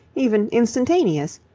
even instantaneous.